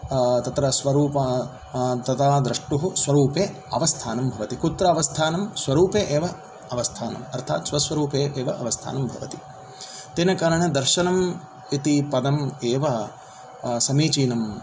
तत्र स्वरूप तदा द्रष्टुः स्वरूपे अवस्थानं भवति कुत्र अवस्थानं स्वरूपे एव अवस्थानम् अर्थात् स्वस्वरूपे एव अवस्थानं भवति तेन कारणेन दर्शनम् इति पदम् एव समीचीनं